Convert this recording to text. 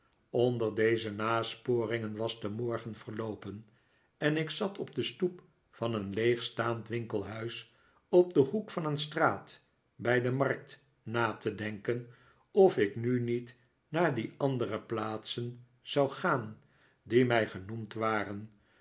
onder deze nasporingen was de morgen verloopen en ik zat op de stoep van een leegstaand winkelhuis op den hoek van een straat bij de markt na te denken of ik nu niet naar die andere plaatr sen zou gaan die mij genoemd waren